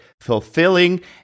fulfilling